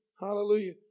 Hallelujah